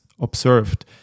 observed